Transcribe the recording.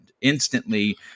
instantly